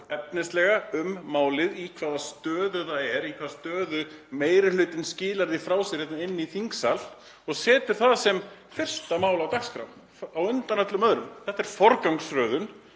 efnislega málið, í hvaða stöðu það er, í hvaða stöðu meiri hlutinn skilaði því frá sér hingað inn í þingsal og setja það sem fyrsta mál á dagskrá, á undan öllum öðrum málum. Þetta er forgangsröðun